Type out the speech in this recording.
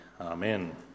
amen